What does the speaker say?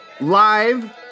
live